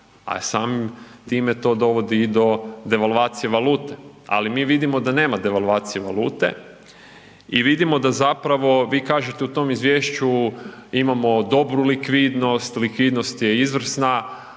a samim time to dovodi i do devalvacije valute, ali mi vidimo da nema devalvacije valute i vidimo da zapravo vi kažete u tom izvješću imamo dobru likvidnost, likvidnost je izvrsna,